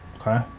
okay